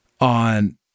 On